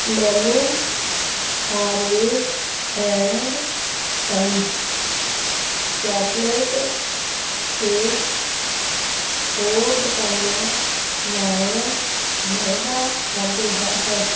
ਮੈਨੂੰ Harvey's and Sons chocolate shake ਹੋਰ ਦੁਕਾਨਾਂ ਨਾਲੋਂ ਮਹਿੰਗਾ ਲੱਗ ਰਿਹਾ ਹੈ